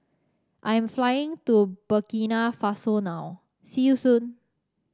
I am flying to Burkina Faso now see you soon